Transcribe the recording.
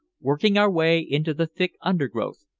working our way into the thick undergrowth,